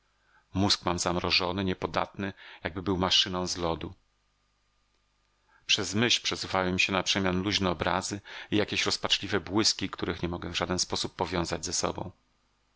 mózg mam zamrożony niepodatny jakby był maszyną z lodu przez myśl przesuwają mi się na przemian luźne obrazy i jakieś rozpaczliwe błyski których nie mogę w żaden sposób powiązać ze sobą